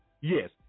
yes